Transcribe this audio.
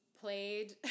played